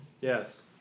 Yes